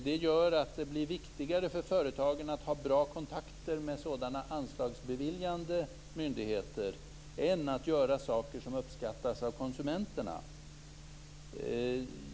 Det gör att det blir viktigare för företagen att ha bra kontakter med sådana anslagsbeviljande myndigheter än att göra saker som uppskattas av konsumenterna.